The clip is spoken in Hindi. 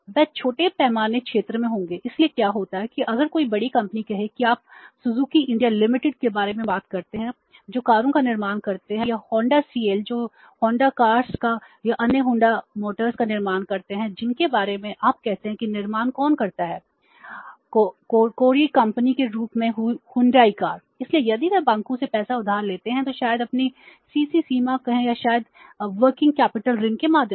वे छोटे पैमाने क्षेत्र में होंगे इसलिए क्या होता है कि अगर कोई बड़ी कंपनी कहे कि आप सुजुकी इंडिया लिमिटेड ऋण के माध्यम से